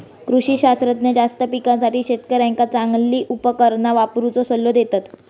कृषी शास्त्रज्ञ जास्त पिकासाठी शेतकऱ्यांका चांगली उपकरणा वापरुचो सल्लो देतत